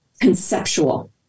conceptual